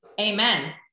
Amen